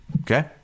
Okay